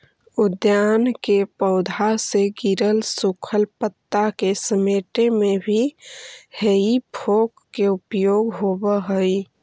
उद्यान के पौधा से गिरल सूखल पता के समेटे में भी हेइ फोक के उपयोग होवऽ हई